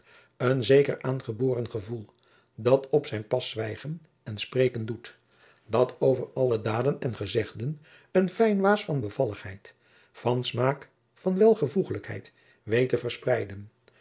een zeker aangeboren gevoel dat op zijn pas zwijgen en spreken doet dat over alle daden en gezegden een fijn waas van bevalligheid van smaak van welvoegelijkheid weet te verspreiden